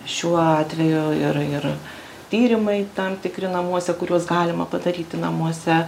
šiuo atveju ir ir tyrimai tam tikri namuose kuriuos galima padaryti namuose